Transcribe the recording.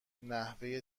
نحوه